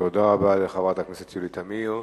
תודה רבה לחברת הכנסת יולי תמיר.